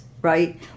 Right